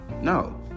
No